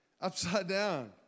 Upside-down